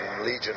legion